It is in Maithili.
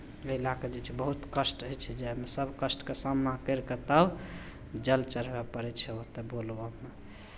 एहि लऽ कऽ जे छै बहुत कष्ट होइ छै जायमे सभ कष्टके सामना करि कऽ तब जल चढ़बय पड़ै छै ओतय बोलबममे